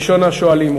ראשון השואלים,